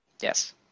Yes